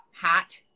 hat